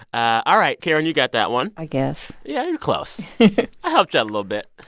ah all right, karen, you got that one i guess yeah close i helped you out a little bit.